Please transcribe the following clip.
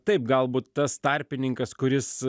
taip galbūt tas tarpininkas kuris